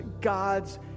God's